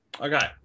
okay